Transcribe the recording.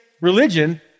religion